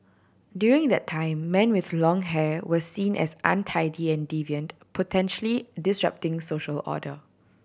during that time men with long hair were seen as untidy and deviant potentially disrupting social order